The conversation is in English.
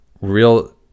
real